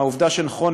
ועם העובדה שנכון,